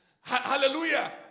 Hallelujah